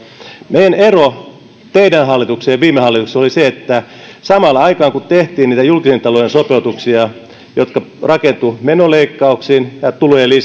meidän eromme tähän teidän hallitukseenne nähden oli viime hallituksessa se että samaan aikaan kun tehtiin niitä julkisen talouden sopeutuksia jotka rakentuivat menoleikkauksiin ja